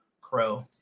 Crow